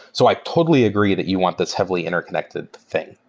so i totally agree that you want this heavily interconnected thing.